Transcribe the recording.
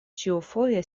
ĉiufoje